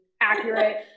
accurate